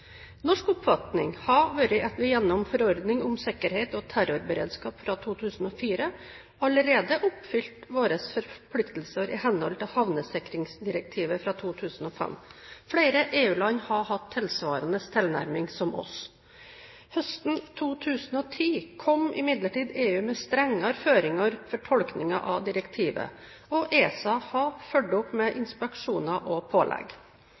Norsk oppfatning har vært at vi gjennom forordning om sikkerhet og terrorberedskap fra 2004 allerede oppfylte våre forpliktelser i henhold til havnesikringsdirektivet fra 2005. Flere EU-land har hatt tilsvarende tilnærming som oss. Høsten 2010 kom imidlertid EU med strengere føringer for tolkningen av direktivet, og ESA har fulgt opp med inspeksjoner og pålegg.